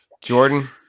Jordan